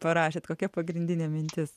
parašėt kokia pagrindinė mintis